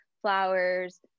flowers